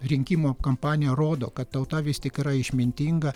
rinkimų kampanija rodo kad tauta vis tik yra išmintinga